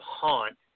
Haunt